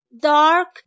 dark